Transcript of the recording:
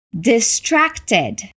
distracted